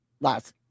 last